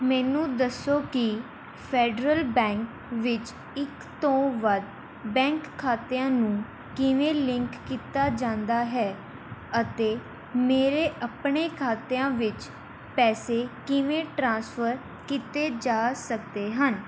ਮੈਨੂੰ ਦੱਸੋ ਕਿ ਫੈਡਰਲ ਬੈਂਕ ਵਿੱਚ ਇੱਕ ਤੋਂ ਵੱਧ ਬੈਂਕ ਖਾਤਿਆਂ ਨੂੰ ਕਿਵੇਂ ਲਿੰਕ ਕੀਤਾ ਜਾਂਦਾ ਹੈ ਅਤੇ ਮੇਰੇ ਆਪਣੇ ਖਾਤਿਆਂ ਵਿੱਚ ਪੈਸੇ ਕਿਵੇਂ ਟਰਾਂਸਫਰ ਕੀਤੇ ਜਾ ਸਕਦੇ ਹਨ